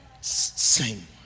sing